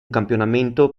campionamento